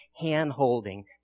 hand-holding